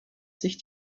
sich